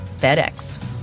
FedEx